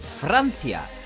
Francia